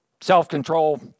self-control